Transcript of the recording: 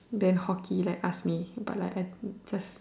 then hockey like ask me but like I just